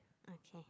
okay